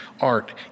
art